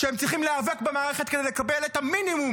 כשהם צריכים להיאבק במערכת כדי לקבל את המינימום